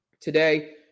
today